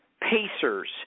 pacers